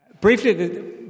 Briefly